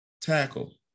tackle